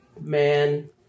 man